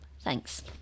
Thanks